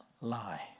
lie